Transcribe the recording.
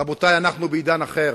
רבותי, אנחנו בעידן אחר.